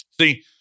See